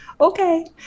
Okay